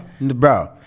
bro